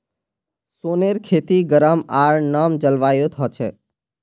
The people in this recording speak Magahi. सोनेर खेती गरम आर नम जलवायुत ह छे